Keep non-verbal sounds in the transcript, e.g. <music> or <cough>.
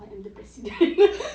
I am the president <laughs>